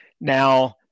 Now